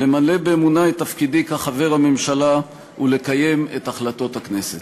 למלא באמונה את תפקידי כחבר הממשלה ולקיים את החלטות הכנסת.